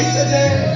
today